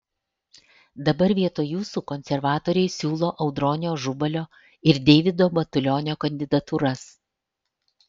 dabar vietoj jūsų konservatoriai siūlo audronio ažubalio ir deivido matulionio kandidatūras